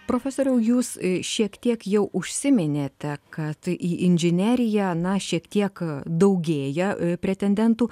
profesoriau jūs šiek tiek jau užsiminėte kad į inžineriją na šiek tiek daugėja pretendentų